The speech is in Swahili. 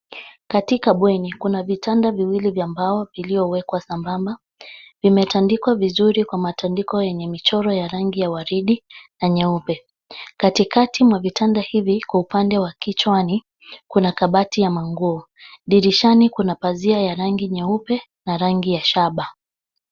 Katika bweni kuna vitanda viwili vya mbao vilivyowekwa sambamba. Vimetandikwa vizuri kwa matandiko yenye michoro ya rangi ya waridi na nyeupe. Katikati mwa vitanda hivi kwa upande wa kichwani kuna kabati ya ma nguo. Dirishani kuna pazia ya rangi nyeupe na rangi ya shaba.